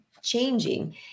changing